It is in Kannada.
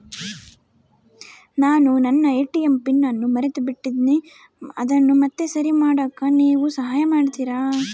ನಾನು ನನ್ನ ಎ.ಟಿ.ಎಂ ಪಿನ್ ಅನ್ನು ಮರೆತುಬಿಟ್ಟೇನಿ ಅದನ್ನು ಮತ್ತೆ ಸರಿ ಮಾಡಾಕ ನೇವು ಸಹಾಯ ಮಾಡ್ತಿರಾ?